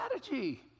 strategy